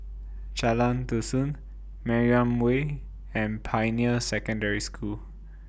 Jalan Dusun Mariam Way and Pioneer Secondary School